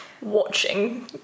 watching